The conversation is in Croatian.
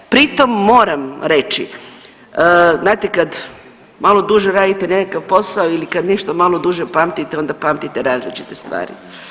Pritom moram reći, znate kad malo duže radite nekakav posao ili kad nešto malo duže pamtite onda pamtite različite stvari.